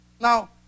Now